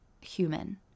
human